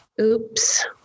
Oops